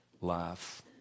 life